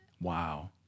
Wow